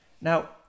Now